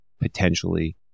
potentially